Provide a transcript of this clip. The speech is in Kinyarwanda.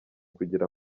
kugira